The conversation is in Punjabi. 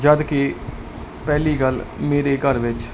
ਜਦ ਕਿ ਪਹਿਲੀ ਗੱਲ ਮੇਰੇ ਘਰ ਵਿਚ